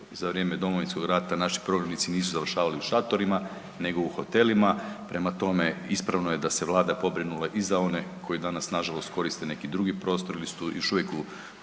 za vrijeme Domovinskog rata naši prognanici nisu završavali u šatorima, nego u hotelima, prema tome, ispravno je da se Vlada pobrinula i za one koji danas nažalost koriste neki drugi prostor ili su još uvijek u